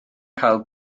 cael